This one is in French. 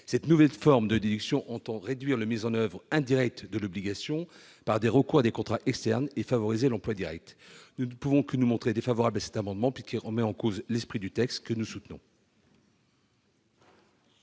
Cette nouvelle forme de déduction a pour objet de réduire la mise en oeuvre indirecte de l'obligation par des recours à des contrats externes, et de favoriser l'emploi direct. Nous ne pouvons que nous montrer défavorables à cet amendement, car il remet en cause l'esprit du texte que nous soutenons.